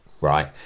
right